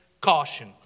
caution